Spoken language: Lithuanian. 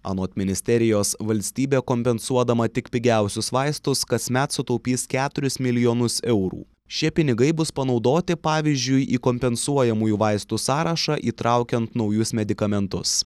anot ministerijos valstybė kompensuodama tik pigiausius vaistus kasmet sutaupys keturis milijonus eurų šie pinigai bus panaudoti pavyzdžiui į kompensuojamųjų vaistų sąrašą įtraukiant naujus medikamentus